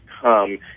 come